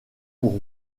pour